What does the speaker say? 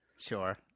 Sure